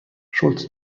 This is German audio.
schultz